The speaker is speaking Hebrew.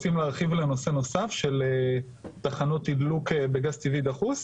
רוצים להרחיב בנושא נוסף לגבי תחנות תדלוק בגז טבעי דחוס?